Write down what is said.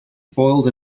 boiled